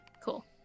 Cool